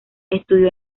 estudió